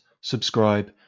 subscribe